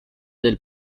del